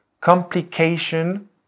complication